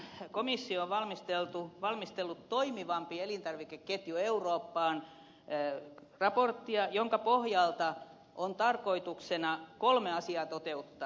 euroopan unionin komissio on valmistellut toimivampi elintarvikeketju eurooppaan raporttia jonka pohjalta on tarkoituksena kolme asiaa toteuttaa